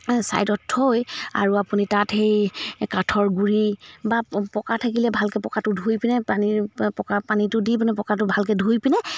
ছাইডত থৈ আৰু আপুনি তাত সেই কাঠৰ গুৰি বা পকা থাকিলে ভালকৈ পকাটো ধুই পিনে পানী পকা পানীটো দি পিনে পকাটো ভালকৈ ধুই পিনে